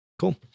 Cool